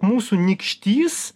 mūsų nykštys